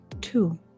two